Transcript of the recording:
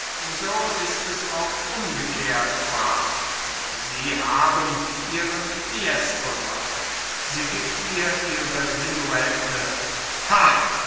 so ist es auch umgekehrt wahr und sie haben ihren fiesco noch sie gibt ihr ihre silhouette